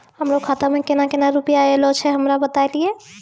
हमरो खाता मे केना केना रुपैया ऐलो छै? हमरा बताय लियै?